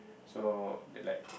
so like